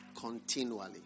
continually